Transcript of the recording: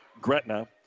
Gretna